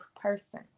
person